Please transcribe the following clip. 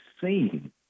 seen